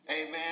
Amen